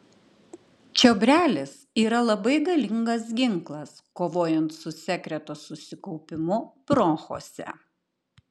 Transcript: čiobrelis yra labai galingas ginklas kovojant su sekreto susikaupimu bronchuose